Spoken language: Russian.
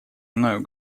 мною